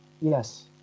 Yes